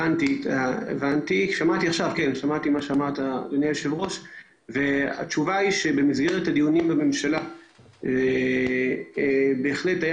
התשובה היא שבמסגרת הדיונים בממשלה בהחלט היה